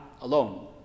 alone